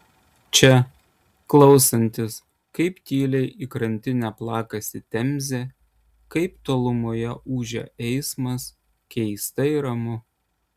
čia klausantis kaip tyliai į krantinę plakasi temzė kaip tolumoje ūžia eismas keistai ramu